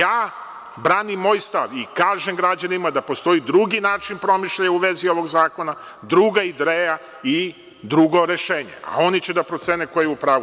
Ja branim moj stav i kažem građanima da postoji drugi način promišljaja u vezi ovog zakona, druga ideja i drugo rešenje, a oni će da procene ko je u pravu.